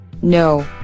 No